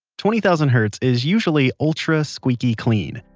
twenty thousand hertz is usually ultra squeaky clean.